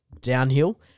downhill